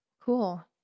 Cool